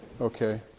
okay